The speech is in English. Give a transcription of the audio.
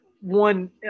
one